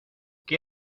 qué